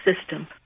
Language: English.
system